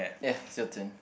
ya it's your turn